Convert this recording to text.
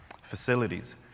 Facilities